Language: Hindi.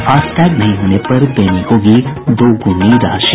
फास्टैग नहीं होने पर देनी होगी दोगुनी राशि